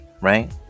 right